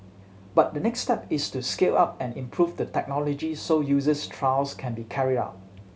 but the next step is to scale up and improve the technology so user trials can be carried out